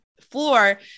floor